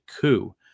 coup